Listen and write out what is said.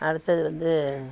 அடுத்தது வந்து